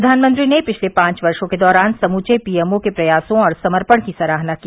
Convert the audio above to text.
प्रघानमंत्री ने पिछले पांच वर्षों के दौरान समूवे पी एम ओ के प्रयासों और समर्पण की सराहना की